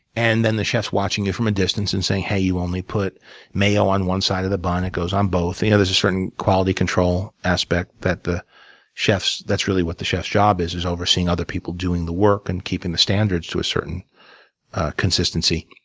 and then the chef's watching you from a distance and saying, hey, you only put mayo on one side of the bun. it goes on both. you know there's a certain quality control aspect that the chef's that's really what the chef's job is, is overseeing other people doing the work, and keeping the standards to a certain consistency.